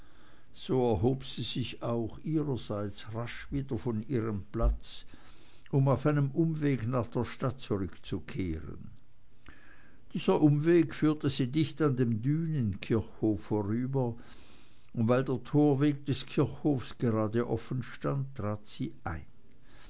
so erhob sie sich auch ihrerseits rasch wieder von ihrem platz um auf einem umweg nach der stadt zurückzukehren dieser umweg führte sie dicht an dem dünenkirchhof vorüber und weil der torweg des kirchhofs gerade offenstand trat sie ein